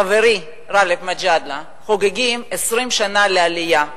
חברי גאלב מג'אדלה, חוגגים 20 שנה לעלייה,